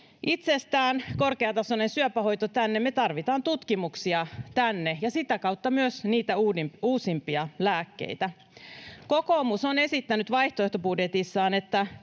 Myöskään korkeatasoinen syöpähoito ei tule tänne itsestään: me tarvitaan tutkimuksia tänne ja sitä kautta myös niitä uusimpia lääkkeitä. Kokoomus on esittänyt vaihtoehtobudjetissaan,